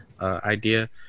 idea